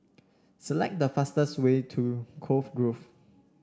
select the fastest way to Cove Grove